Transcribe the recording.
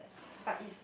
but it's